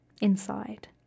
inside